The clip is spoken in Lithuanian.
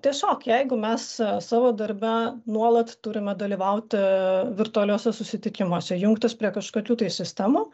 tiesiog jeigu mes savo darbe nuolat turime dalyvauti virtualiuose susitikimuose jungtis prie kažkokių tai sistemų